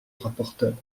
rapporteur